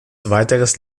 weiteres